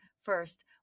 first